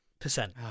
Percent